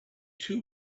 two